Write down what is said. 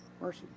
Mercy